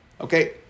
Okay